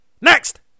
next